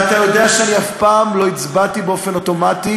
ואתה יודע שאף פעם לא הצבעתי באופן אוטומטי